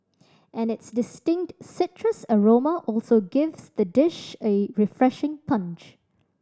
and its distinct citrus aroma also gives the dish a refreshing punch